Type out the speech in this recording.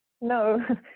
no